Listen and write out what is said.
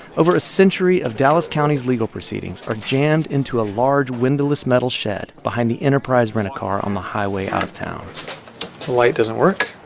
over a century of dallas county's legal proceedings are jammed into a large, windowless metal shed behind the enterprise rent-a-car on the highway out of town the light doesn't work.